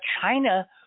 China